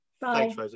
Bye